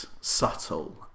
subtle